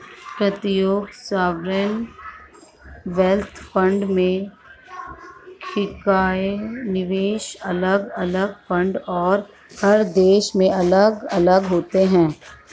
प्रत्येक sovereign wealth fund में स्वीकार्य निवेश अलग अलग फंड और हर देश में अलग अलग होते हैं